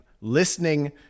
listening